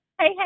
hey